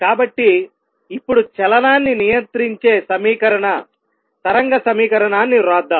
కాబట్టి ఇప్పుడు చలనాన్ని నియంత్రించే సమీకరణ తరంగ సమీకరణాన్ని వ్రాద్దాం